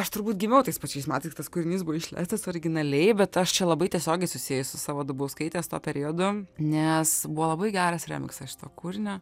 aš turbūt gimiau tais pačiais metais kūrinys buvo išleistas originaliai bet aš čia labai tiesiogiai susieju su savo dubauskaitės tuo periodu nes buvo labai geras remiksas šito kūrinio